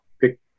pick